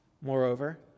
Moreover